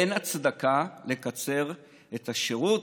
אין הצדקה לקצר את השירות,